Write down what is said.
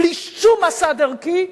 בלי שום מסד ערכי.